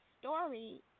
story